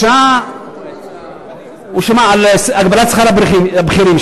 על הגבלת שכר הבכירים.